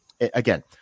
again